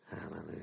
Hallelujah